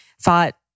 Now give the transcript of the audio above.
thought